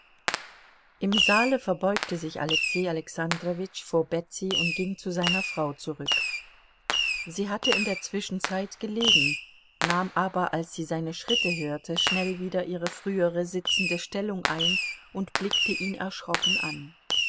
im saale verbeugte sich alexei alexandrowitsch vor betsy und ging zu seiner frau zurück sie hatte in der zwischenzeit gelegen nahm aber als sie seine schritte hörte schnell wieder ihre frühere sitzende stellung ein und blickte ihn erschrocken an